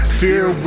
fear